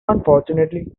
unfortunately